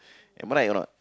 am I right or not